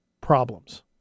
problems